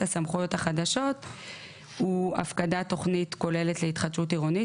הסמכויות החדשות הוא הפקדת תוכנית כוללת להתחדשות עירונית,